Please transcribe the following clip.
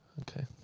Okay